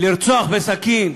לרצוח בסכין,